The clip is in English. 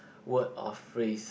word or phrase